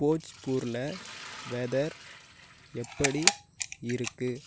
போஜ்பூரில் weather எப்படி இருக்குது